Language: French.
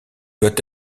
doit